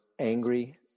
angry